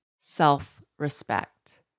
self-respect